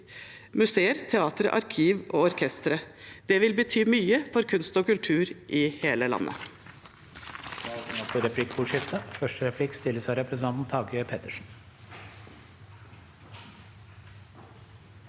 museer, teatre, arkiv og orkestre. Det vil bety mye for kunst og kultur i hele landet.